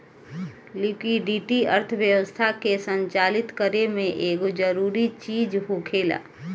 liquidity अर्थव्यवस्था के संचालित करे में एगो जरूरी चीज होखेला